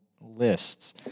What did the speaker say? lists